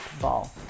ball